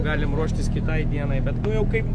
galim ruoštis kitai dienai bet nu jau kaip